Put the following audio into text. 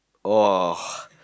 oh